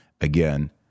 again